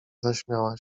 zaśmiała